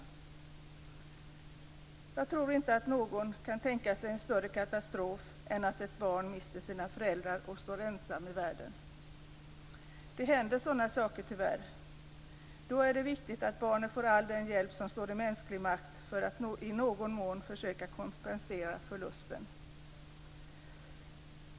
Jag tror inte att någon kan tänka sig en större katastrof än att ett barn mister sina föräldrar och står ensamt i världen. Det händer sådana saker, tyvärr. Då är det viktigt att barnet får all den hjälp som står i mänsklig makt för att i någon mån försöka kompensera förlusten.